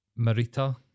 marita